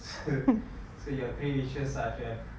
so so your three wishes are to have